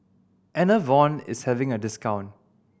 Enervon is having a discount